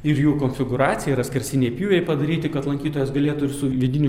ir jų konfigūracija yra skersiniai pjūviai padaryti kad lankytojas galėtų ir su vidiniu